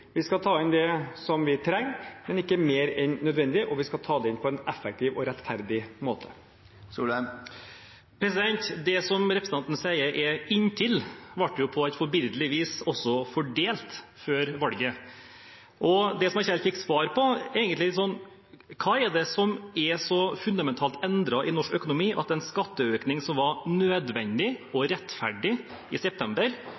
Vi skal ta inn det vi trenger, men ikke mer enn nødvendig, og vi skal ta det inn på en effektiv og rettferdig måte. Det som representanten sier er inntil, ble jo på et forbilledlig vis fordelt før valget. Det jeg egentlig ikke helt fikk svar på, er: Hva er det som er så fundamentalt endret i norsk økonomi at en skatteøkning som var nødvendig og rettferdig i september,